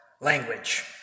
language